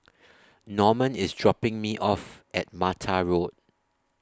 Normand IS dropping Me off At Mattar Road